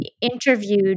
interviewed